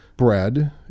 Bread